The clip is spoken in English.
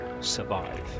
survive